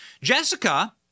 Jessica